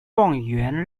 状元